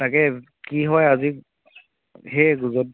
তাকে কি হয় আজি সেই